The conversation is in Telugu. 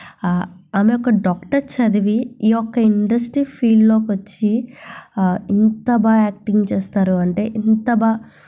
ఆమె ఒక డాక్టర్ చదివి ఈ యొక్క ఇండస్ట్రీ ఫీల్డ్లోకి వచ్చి ఇంత బాగా యాక్టింగ్ చేస్తారు అంటే ఇంత బా